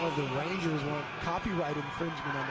the ranger copyright infringement